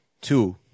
two